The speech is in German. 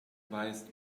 weißt